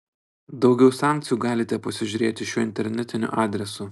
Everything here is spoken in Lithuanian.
daugiau sankcijų galite pasižiūrėti šiuo internetiniu adresu